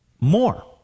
more